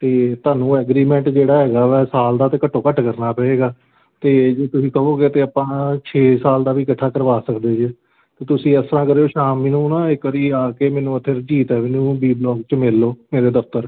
ਅਤੇ ਤੁਹਾਨੂੰ ਐਗਰੀਮੈਂਟ ਜਿਹੜਾ ਹੈਗਾ ਵਾ ਸਾਲ ਦਾ ਅਤੇ ਘੱਟੋ ਘੱਟ ਕਰਨਾ ਪਏਗਾ ਅਤੇ ਜੇ ਤੁਸੀਂ ਕਹੋਗੇ ਤਾਂ ਆਪਾਂ ਛੇ ਸਾਲ ਦਾ ਵੀ ਇਕੱਠਾ ਕਰਵਾ ਸਕਦੇ ਜੇ ਤਾਂ ਤੁਸੀਂ ਇਸ ਤਰ੍ਹਾਂ ਕਰਿਓ ਸ਼ਾਮ ਨੂੰ ਨਾ ਇੱਕ ਵਾਰੀ ਆ ਕੇ ਮੈਨੂੰ ਉੱਥੇ ਰਣਜੀਤ ਐਵੇਨਿਊ ਬੀ ਬਲੋਕ 'ਚ ਮਿਲ ਲਉ ਮੇਰੇ ਦਫ਼ਤਰ